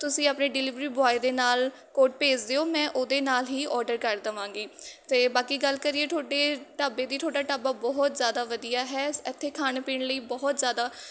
ਤੁਸੀਂ ਆਪਣੇ delivery boy ਦੇ ਨਾਲ ਕੋਡ ਭੇਜ ਦਿਓ ਮੈਂ ਉਹਦੇ ਨਾਲ ਹੀ ਔਡਰ ਕਰ ਦੇਵਾਂਗੀ ਅਤੇ ਬਾਕੀ ਗੱਲ ਕਰੀਏ ਤੁਹਾਡੇ ਢਾਬੇ ਦੀ ਤੁਹਾਡਾ ਢਾਬਾ ਬਹੁਤ ਜ਼ਿਆਦਾ ਵਧੀਆ ਹੈ ਇੱਥੇ ਖਾਣ ਪੀਣ ਲਈ ਬਹੁਤ ਜ਼ਿਆਦਾ